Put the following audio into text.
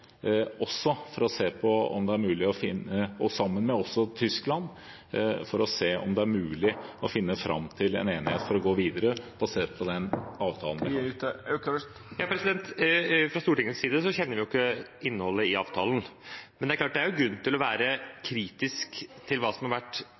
sammen med Tyskland – for å se om det er mulig å finne fram til en enighet, for å gå videre og se på den avtalen. Tida er ute. Fra Stortingets side kjenner vi jo ikke innholdet i avtalen, men det er grunn til å være kritisk til